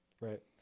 Right